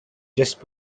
just